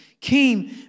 came